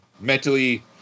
mentally